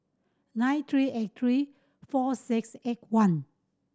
nine three eight three four six eight one